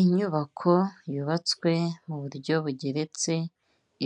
Inyubako yubatswe mu buryo bugeretse